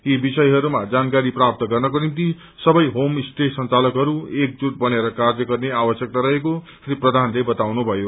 यी विषयहरूमा जानकारी प्राप्त गर्नको निम्ति सबै होम स्टे संचालकहरू एमजूट बनेर कार्य गर्ने आवश्यक्ता रहेको श्री प्रधानले बतानुभयो